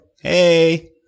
Hey